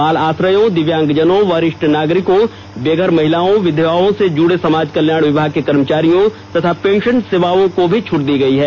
बाल आश्रयों दिव्यांगजनों वरिष्ठ नागरिकों बेघर महिलाओं विघवाओं से जुड़े सामाज कल्याण विभाग के कर्मचारियों तथा पेंशन सेवाओं को भी छूट दी गई है